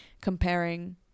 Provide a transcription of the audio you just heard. comparing